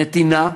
נתינה,